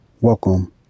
Welcome